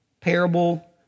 Parable